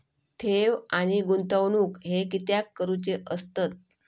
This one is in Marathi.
ठेव आणि गुंतवणूक हे कित्याक करुचे असतत?